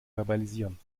verbalisieren